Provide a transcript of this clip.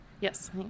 Yes